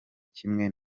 kimwe